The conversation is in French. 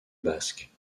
basque